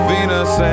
Venus